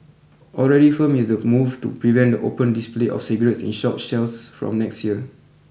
already firm is the move to prevent the open display of cigarettes in shop shelves from next year